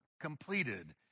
completed